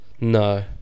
no